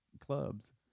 clubs